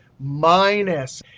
minus,